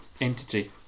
entity